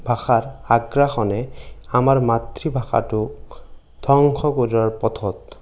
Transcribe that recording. ভাষাৰ আগ্ৰাসনে আমাৰ মাতৃভাষাটোক ধ্বংস কৰাৰ পথত